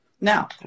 Now